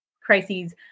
crises